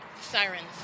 sirens